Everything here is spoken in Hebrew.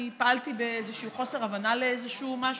פעלתי באיזשהו חוסר הבנה לאיזשהו משהו,